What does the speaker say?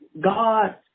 God